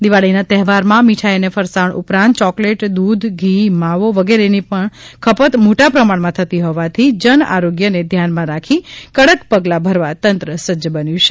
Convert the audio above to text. દિવાળીના તહેવારમાં મિઠાઇ અને ફરસાણ ઉપરાંત ચોકલેટ દૂધ ઘી માવો વગેરેની ખપત મોટા પ્રમાણમાં થતી હોવાથી જન આરોગ્યને ધ્યાનમાં રાખી કડક પગલા ભરવા તંત્ર સજ્જ બન્યું છે